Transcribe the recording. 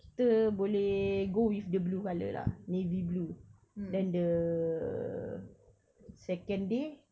kita boleh go with the blue colour lah navy blue then the second day